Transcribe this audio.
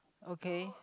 okay